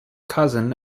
cousin